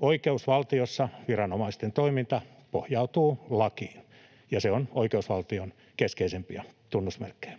Oikeusvaltiossa viranomaisten toiminta pohjautuu lakiin, ja se on oikeusvaltion keskeisimpiä tunnusmerkkejä.